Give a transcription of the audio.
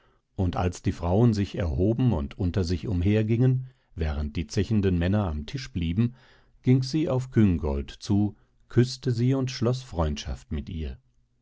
und als die frauen sich erhoben und unter sich umhergingen während die zechenden männer am tisch blieben ging sie auf küngolt zu küßte sie und schloß freundschaft mit ihr